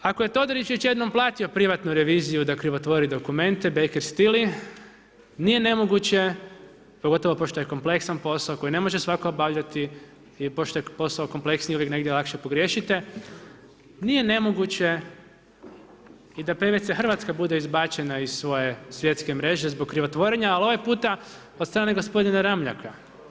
Ako je Todorić već jednom platio privatnu reviziju da krivotvori dokumente … nije nemoguće pogotovo pošto je kompleksan posao koji ne može svatko obavljati, pošto je posao kompleksniji uvijek negdje lakše pogriješite nije nemoguće i da … Hrvatska bude izbačena iz svoje svjetske mreže zbog krivotvorenja, ali ovaj puta od strane gospodina Ramljaka.